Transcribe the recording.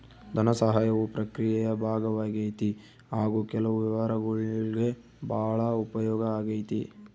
ಧನಸಹಾಯವು ಪ್ರಕ್ರಿಯೆಯ ಭಾಗವಾಗೈತಿ ಹಾಗು ಕೆಲವು ವ್ಯವಹಾರಗುಳ್ಗೆ ಭಾಳ ಉಪಯೋಗ ಆಗೈತೆ